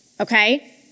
okay